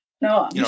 no